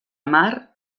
mar